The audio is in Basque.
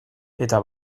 eta